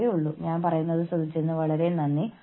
കൂടാതെ കരാർ ഭരണത്തിലൂടെ നിങ്ങൾക്ക് ഇത് ചെയ്യാൻ കഴിയും